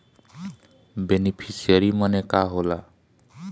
Beneficiary मने का होला?